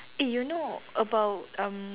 eh you know about um